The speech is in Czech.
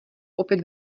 opět